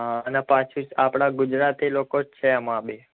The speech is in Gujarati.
હં અને પાછી આપણાં ગુજરાતી લોકો જ છે એમાં બી